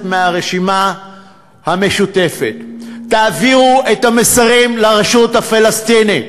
מהרשימה המשותפת: תעבירו את המסרים לרשות הפלסטינית: